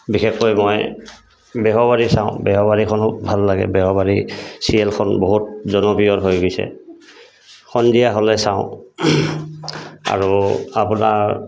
বিশেষকৈ মই বেহাবাৰী চাওঁ বেহাবাৰীখনো ভাল লাগে বেহাবাৰী চিৰিয়েলখন বহুত জনপ্ৰিয় হৈ গৈছে সন্ধিয়া হ'লে চাওঁ আৰু আপোনাৰ